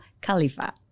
Khalifa